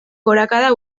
gorakada